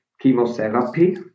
chemotherapy